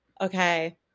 okay